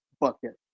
bucket